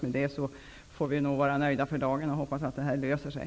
Med detta får vi vara nöjda för dagen och hoppas att problemen löser sig.